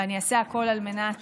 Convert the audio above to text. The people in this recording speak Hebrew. ואני אעשה הכול על מנת